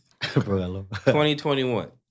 2021